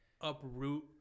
uproot